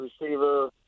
receiver